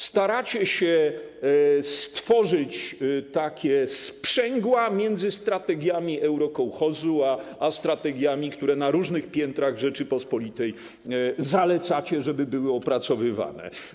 Staracie się stworzyć takie sprzęgła między strategiami eurokołchozu a strategiami, które na różnych piętrach w Rzeczypospolitej zalecacie, żeby były opracowywane.